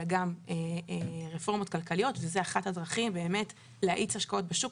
אלא גם רפורמות כלכליות וזה אחת הדרכים באמת להאיץ השקעות בשוק.